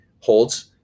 holds